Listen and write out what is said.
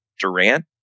Durant